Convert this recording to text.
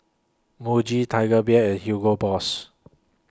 Muji Tiger Beer and Hugo Boss